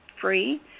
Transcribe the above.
free